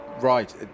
right